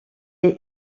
est